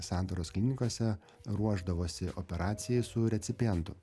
santaros klinikose ruošdavosi operacijai su recipientu